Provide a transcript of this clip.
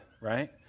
right